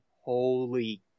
holy